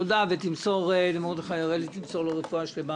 תמסור למרדכי הראלי רפואה שלמה